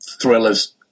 thrillers